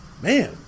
man